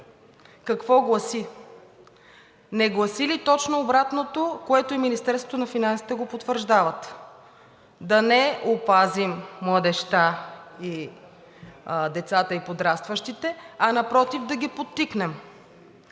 какво гласи? Не гласи ли точно обратното, което и Министерството на финансите го потвърждават – да не опазим младежта, децата и подрастващите, а напротив, да ги подтикнем?